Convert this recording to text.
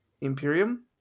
Imperium